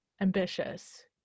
ambitious